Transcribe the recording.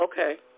okay